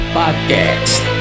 podcast